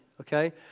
okay